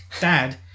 dad